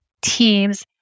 teams